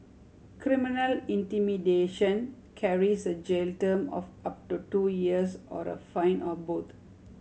criminal intimidation carries a jail term of up to two years or a fine or both